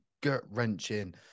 gut-wrenching